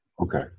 Okay